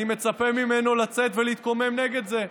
אני מצפה ממנו לצאת ולהתקומם נגד זה,